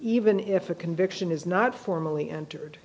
even if a conviction is not formally entered